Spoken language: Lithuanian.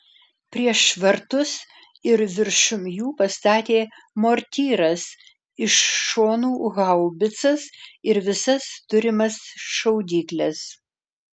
prieš vartus ir viršum jų pastatė mortyras iš šonų haubicas ir visas turimas šaudykles